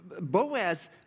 Boaz